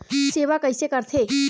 सेवा कइसे करथे?